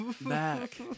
back